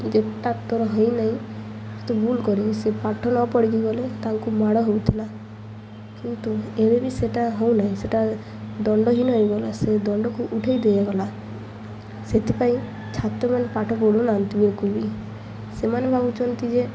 ଯେଉଁଟା ତୋର ହେଉ ନାଇଁ ତୁ ଭୁଲ କରି ସେ ପାଠ ନ ପଢ଼ିକି ଗଲେ ତାଙ୍କୁ ମାଡ଼ ହଉଥିଲା କିନ୍ତୁ ଏବେ ବି ସେଇଟା ହଉ ନାହିଁ ସେଇଟା ଦଣ୍ଡ ହୀନ ହୋଇଗଲା ସେ ଦଣ୍ଡକୁ ଉଠାଇ ଦିଆଗଲା ସେଥିପାଇଁ ଛାତ୍ରମାନେ ପାଠ ପଢ଼ୁ ନାହାନ୍ତିି ବିଲକୁଲ୍ ବି ସେମାନେ ଭାବୁଛନ୍ତି ଯେ